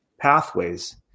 pathways